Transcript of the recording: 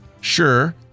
Sure